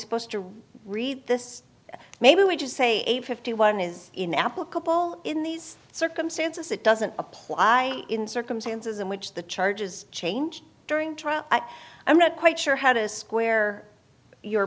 supposed to read this maybe we just say a fifty one is inapplicable in these circumstances it doesn't apply in circumstances in which the charges change during trial i'm not quite sure how to square your